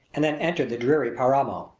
and then entered the dreary paramo.